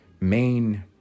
main